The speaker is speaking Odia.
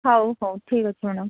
ହଉ ହଉ ଠିକ୍ ଅଛି ମ୍ୟାଡ଼ାମ୍